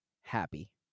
happy